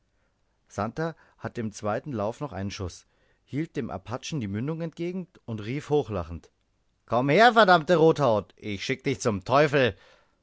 santer hatte im zweiten lauf noch einen schuß hielt dem apachen die mündung entgegen und rief hohnlachend komm her verdammte rothaut ich schicke dich zum teufel